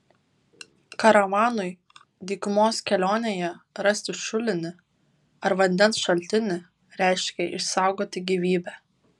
karavanui dykumos kelionėje rasti šulinį ar vandens šaltinį reiškė išsaugoti gyvybę